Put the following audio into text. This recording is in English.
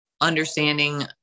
Understanding